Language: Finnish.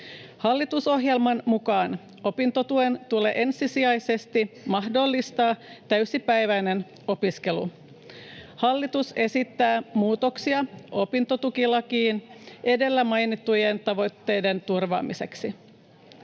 Hallitusohjelman mukaan opintotuen tulee ensisijaisesti mahdollistaa täysipäiväinen opiskelu. Hallitus esittää muutoksia opintotukilakiin edellä mainittujen tavoitteiden turvaamiseksi.